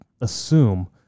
assume